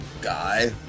guy